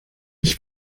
ich